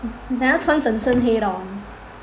then 他穿整身黑到完